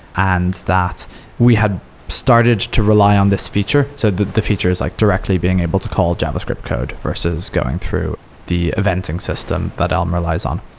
and that we had started to rely on this feature. so the the feature is like directly being able to call javascript code versus going through the eventing system that elm relies on.